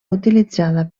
utilitzada